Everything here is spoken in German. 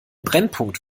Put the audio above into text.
brennpunkt